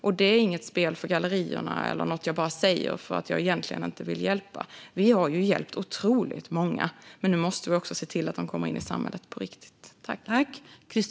Och det är inget spel för gallerierna eller något som jag bara säger för att jag egentligen inte vill hjälpa. Vi har ju hjälpt otroligt många, men nu måste vi också se till att de kommer in i samhället på riktigt.